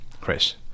chris